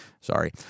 sorry